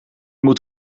moet